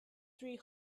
three